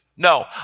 No